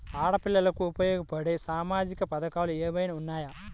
ఆడపిల్లలకు ఉపయోగపడే సామాజిక పథకాలు ఏమైనా ఉన్నాయా?